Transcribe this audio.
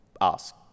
ask